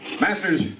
Masters